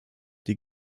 die